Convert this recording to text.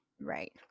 right